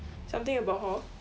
something about hall